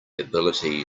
ability